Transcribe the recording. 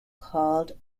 called